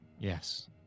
Yes